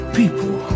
people